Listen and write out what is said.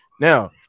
Now